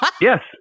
Yes